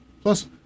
Plus